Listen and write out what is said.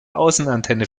außenantenne